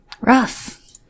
Rough